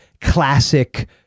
classic